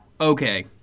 Okay